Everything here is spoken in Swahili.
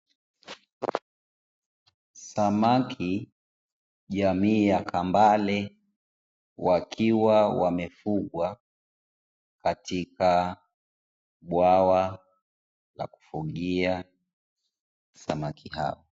Samaki jamii ya kambare, wakiwa wamefugwa katika bwawa la kufugia samaki hao.